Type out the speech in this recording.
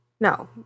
no